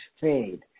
fade